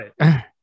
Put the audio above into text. right